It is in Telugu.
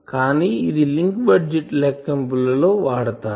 కానీ ఇది లింక్ బడ్జెట్ లెక్కింపులలో వాడుతారు